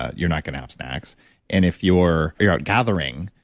you're not going to have snacks and if your your gathering,